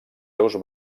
seus